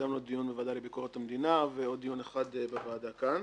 קדם לו דיון בוועדה לביקורת המדינה ועוד דיון אחד בוועדה כאן.